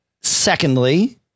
Secondly